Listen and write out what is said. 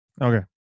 Okay